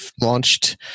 launched